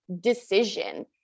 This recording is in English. decision